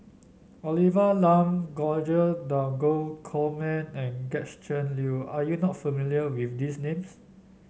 Olivia Lum George Dromgold Coleman and Gretchen Liu are you not familiar with these names